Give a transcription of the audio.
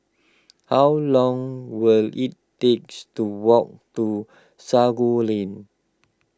how long will it takes to walk to Sago Lane